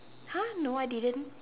!huh! no I didn't